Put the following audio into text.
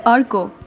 अर्को